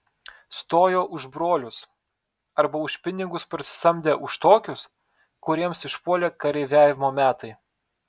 stojo už brolius arba už pinigus parsisamdę už tokius kuriems išpuolė kareiviavimo metai